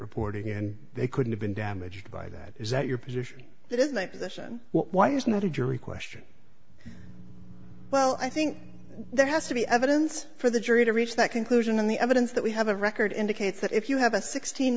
reporting and they couldn't have been damaged by that is that your position that is my position why is not a jury question well i think there has to be evidence for the jury to reach that conclusion in the evidence that we have a record indicates that if you have a sixteen